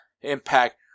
impact